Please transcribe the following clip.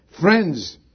friends